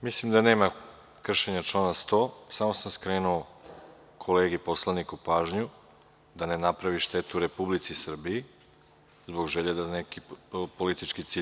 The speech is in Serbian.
Mislim da nema kršenja člana 100, samo sam skrenuo kolegi poslaniku pažnju, da ne napravi štetu Republici Srbiji, zbog želje da postigne neki politički cilj.